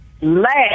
last